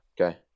Okay